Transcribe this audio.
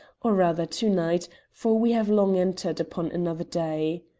or rather to-night, for we have long entered upon another day.